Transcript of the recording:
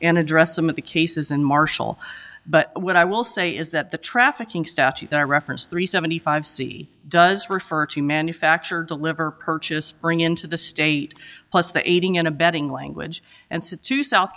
and address some of the cases in martial but what i will say is that the trafficking statute that reference three seventy five c does refer to manufacture deliver purchase bring into the state plus the aiding and abetting language and to south